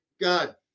God